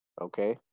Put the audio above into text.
okay